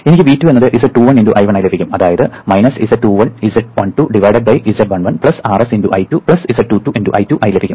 എനിക്ക് V2 എന്നത് z21 × I1 ആയി ലഭിക്കും അതായത് z21 z12 z11 Rs × I2 z22 × I2 ആയി ലഭിക്കും